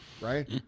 right